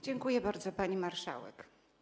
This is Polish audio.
Dziękuję bardzo, pani marszałek.